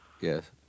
Yes